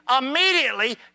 Immediately